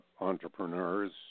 entrepreneurs